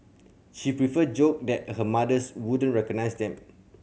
she prefer joked that her mothers wouldn't recognise them